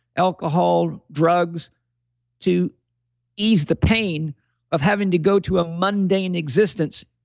alcohol, drugs to ease the pain of having to go to a monday in existence,